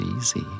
easy